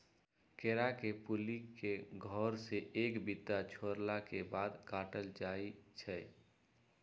केरा के फुल्ली के घौर से एक बित्ता छोरला के बाद काटल जाइ छै